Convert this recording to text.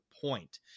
point